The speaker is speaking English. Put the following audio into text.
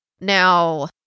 Now